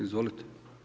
Izvolite.